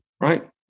right